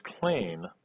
clean